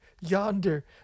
yonder